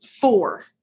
four